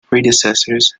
predecessors